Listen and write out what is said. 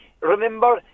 remember